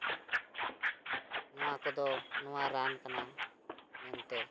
ᱱᱚᱣᱟ ᱠᱚᱫᱚ ᱱᱚᱣᱟ ᱨᱟᱱ ᱠᱟᱱᱟ ᱢᱮᱱᱛᱮ